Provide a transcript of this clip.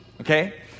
okay